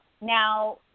now